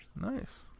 nice